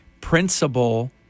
principle